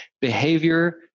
behavior